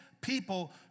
people